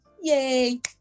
yay